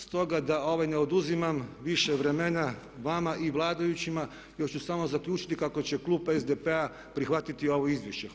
Stoga da ne oduzimam više vremena vama i vladajućima još ću samo zaključiti kako će klub SDP-a prihvatiti ovo izvješće.